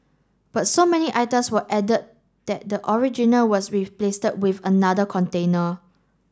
but so many items were added that the original was replace with another container